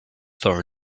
for